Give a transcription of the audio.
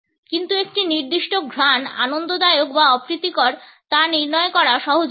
কিন্তু একটি নির্দিষ্ট ঘ্রাণ আনন্দদায়ক বা অপ্রীতিকর তা নির্ণয় করা সহজ নয়